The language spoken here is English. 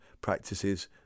practices